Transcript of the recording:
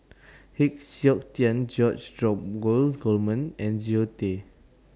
Heng Siok Tian George Dromgold Coleman and Zoe Tay